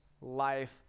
life